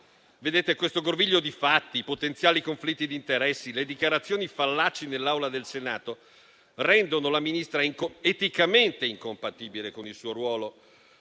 Vedete, questo groviglio di fatti e potenziali conflitti di interesse e le dichiarazioni fallaci nell'Aula del Senato rendono la Ministra eticamente incompatibile con il suo ruolo.